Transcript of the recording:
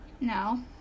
No